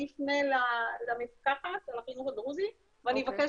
אני אפנה למפקחת על החינוך הדרוזי ואני אבקש